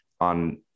on